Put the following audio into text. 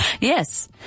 Yes